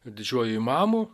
ir didžiuoju imamu